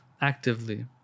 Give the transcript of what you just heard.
actively